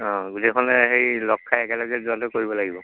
অঁ গোটেইখনে সেই লগ খাই একেলগে যোৱাটো কৰিব লাগিব